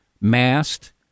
masked